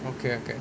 okay okay